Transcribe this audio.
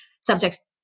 subjects